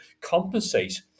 compensate